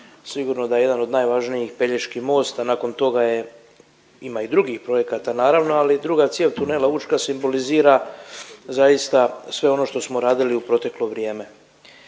Sigurno da je jedan od najvažnijih Pelješki most, a nakon toga je, ima i drugih projekata naravno, ali druga cijev tunela Učka simbolizira zaista sve ono što smo radili u proteklo vrijeme.